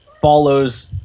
follows